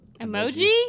Emoji